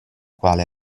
quale